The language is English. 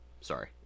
sorry